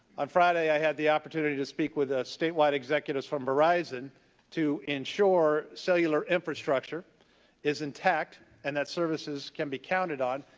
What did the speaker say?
on friday, i had the opportunity to speak with a statewide executive from verizon to ensure cellular infrastructure is intact and that services can be counted on,